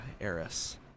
Eris